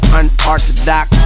unorthodox